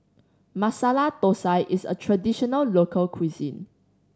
Masala Thosai is a traditional local cuisine